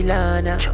Lana